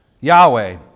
Yahweh